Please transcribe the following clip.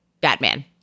Batman